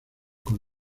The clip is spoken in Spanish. con